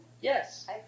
Yes